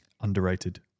Underrated